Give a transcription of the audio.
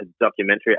documentary